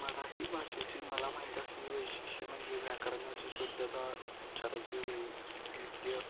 मराठी भाषेची मला माहीत असलेली वैशिष्ट्य म्हणजे व्याकरणाची शुद्धता उच्चाराचे वैविध्य